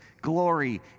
glory